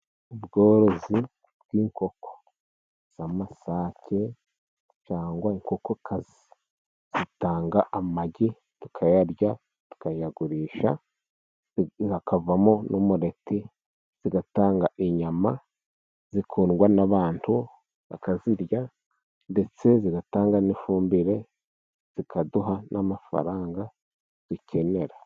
Ubworozi bw'inkoko z'amasake cyangwa inkokokazi. Zitanga amagi tukayarya tukayagurisha, hakavamo 'umureti. Zigatanga inyama zikundwa n'abantu bakazirya ndetse zigatanga n'ifumbire, zikaduha n'amafaranga dukenera.